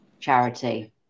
charity